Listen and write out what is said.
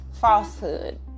falsehood